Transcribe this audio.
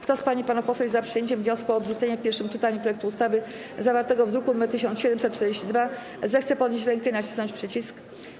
Kto z pań i panów posłów jest za przyjęciem wniosku o odrzucenie w pierwszym czytaniu projektu ustawy zawartego w druku nr 1742, zechce podnieść rękę i nacisnąć przycisk.